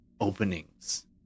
openings